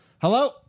Hello